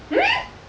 hmm